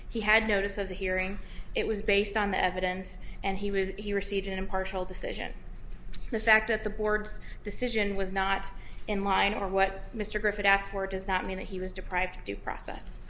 he had notice of the hearing it was based on the evidence and he was he received an impartial decision the fact that the board's decision was not in line or what mr griffith asked for does not mean that he was deprived of due process